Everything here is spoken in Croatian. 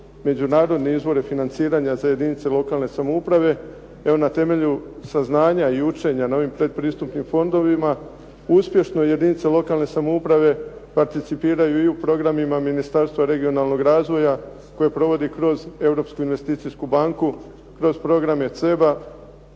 međunarodne izvore financiranje za jedinice lokalne samouprave. Evo, na temelju saznanja i učenja na ovim pretpristupnim fondovima uspješno jedinice lokalne samouprave participiraju i u programima Ministarstva regionalnog razvoja koje provodi kroz Europsku investicijsku banku, kroz programe CEB-a